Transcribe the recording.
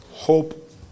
hope